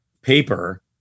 paper